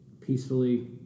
Peacefully